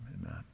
amen